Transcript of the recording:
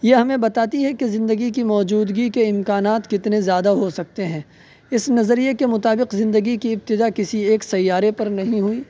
یہ ہمیں بتاتی ہے کہ زندگی کی موجودگی کے امکانات کتنے زیادہ ہو سکتے ہیں اس نظریے کے مطابق زندگی کی ابتدا کسی ایک سیارے پر نہیں ہوئی